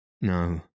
No